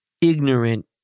ignorant